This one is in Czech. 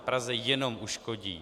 Praze jenom uškodí.